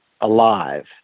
alive